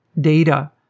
data